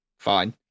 Fine